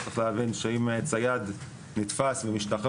צריך להבין שאם צייד נתפס ומשתחרר